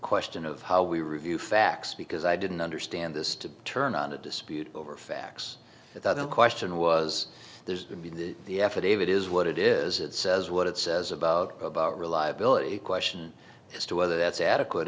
question of how we review facts because i didn't understand this to turn on a dispute over facts the question was there's going to be the affidavit is what it is it says what it says about about reliability question as to whether that's adequate